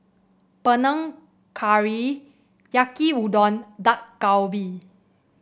Panang Curry Yaki Udon Dak Galbi